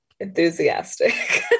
enthusiastic